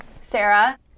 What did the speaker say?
Sarah